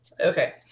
Okay